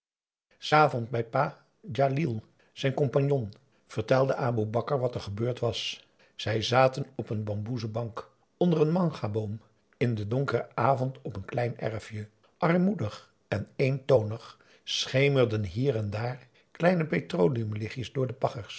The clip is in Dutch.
s avonds bij pa djalil zijn compagnon vertelde aboe bakar wat er gebeurd was zij zaten op een bamboezen bank onder een mangaboom in den donkeren avond op het kleine erfje armoedig en eentonig schemerden hier en daar kleine petroleumlichtjes door de